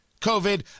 COVID